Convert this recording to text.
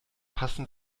passen